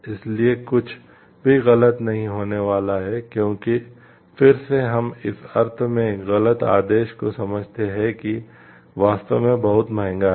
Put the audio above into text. इसलिए कुछ भी गलत नहीं होने वाला है क्योंकि फिर से हम इस अर्थ में एक गलत आदेश को समझते हैं कि वास्तव में बहुत महंगा है